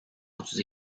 otuz